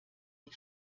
die